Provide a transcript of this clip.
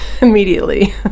immediately